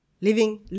living